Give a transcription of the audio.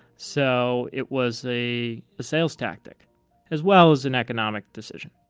so it was a sales tactic as well as an economic decision.